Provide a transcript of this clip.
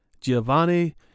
Giovanni